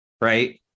right